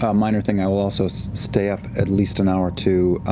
um minor thing, i will also so stay up at least an hour to